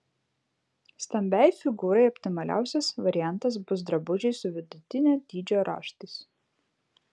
stambiai figūrai optimaliausias variantas bus drabužiai su vidutinio dydžio raštais